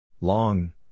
Long